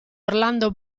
orlando